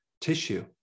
tissue